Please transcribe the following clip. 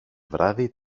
βράδυ